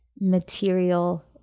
material